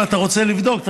אם אתה רוצה לבדוק,